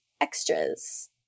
extras